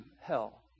hell